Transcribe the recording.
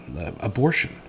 abortion